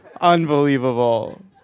unbelievable